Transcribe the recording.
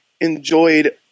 enjoyed